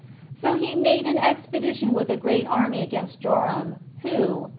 so he made an expedition with a great army against joram, who,